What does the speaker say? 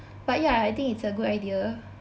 but ya I think it's a good idea